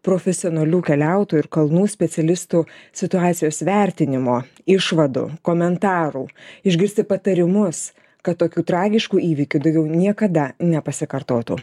profesionalių keliautojų ir kalnų specialistų situacijos vertinimo išvadų komentarų išgirsti patarimus kad tokių tragiškų įvykių daugiau niekada nepasikartotų